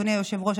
אדוני היושב-ראש.